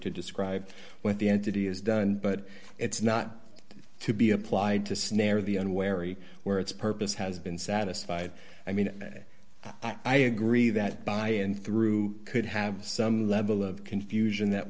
to describe what the entity has done but it's not to be applied to snare the unwary or its purpose has been satisfied i mean i agree that by and through could have some level of confusion that